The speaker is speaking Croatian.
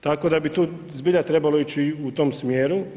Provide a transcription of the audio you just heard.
Tako da bi tu zbilja trebalo ići u tom smjeru.